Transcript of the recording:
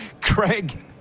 Craig